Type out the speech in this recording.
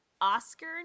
oscar